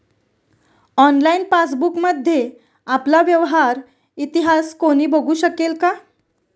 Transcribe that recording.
Online पासबुकमध्ये आपला व्यवहार इतिहास कोणी बघु शकेल का?